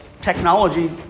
technology